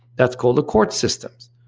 that's called the court systems.